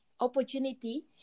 opportunity